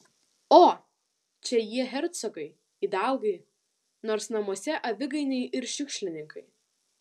o čia jie hercogai idalgai nors namuose aviganiai ir šiukšlininkai